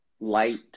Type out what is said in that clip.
light